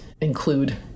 include